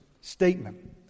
statement